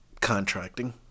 contracting